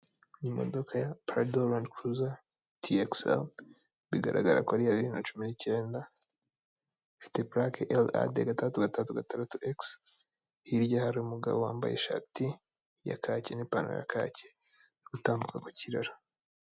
Imodoka ya Parado landi kuluza ti ekisi elu bigaragara kuri ari iya bibiri na cumi n'icyenda ifite purake eri a de gatandatu gatandatu gatandatu ekisi, hirya hari umugabo wambaye ishati ya kaki n'ipantaro ya kaki uri gutambuka ku kiraro.